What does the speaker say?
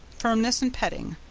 firmness and petting,